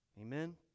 Amen